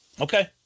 Okay